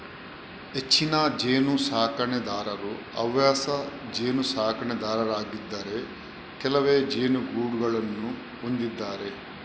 ಹೆಚ್ಚಿನ ಜೇನು ಸಾಕಣೆದಾರರು ಹವ್ಯಾಸ ಜೇನು ಸಾಕಣೆದಾರರಾಗಿದ್ದಾರೆ ಕೆಲವೇ ಜೇನುಗೂಡುಗಳನ್ನು ಹೊಂದಿದ್ದಾರೆ